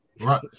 Right